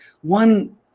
one